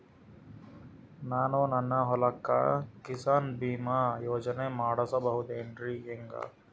ನಾನು ನನ್ನ ಹೊಲಕ್ಕ ಕಿಸಾನ್ ಬೀಮಾ ಯೋಜನೆ ಮಾಡಸ ಬಹುದೇನರಿ ಹೆಂಗ?